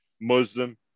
Muslim